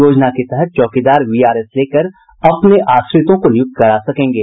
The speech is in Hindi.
योजना के तहत चौकीदार वीआरएस लेकर अपने आश्रितों को नियुक्त करा सकेंगे